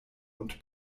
und